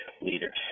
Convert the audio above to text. leaders